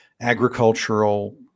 agricultural